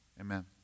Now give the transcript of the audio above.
amen